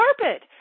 carpet